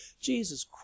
Jesus